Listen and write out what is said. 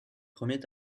premiers